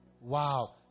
Wow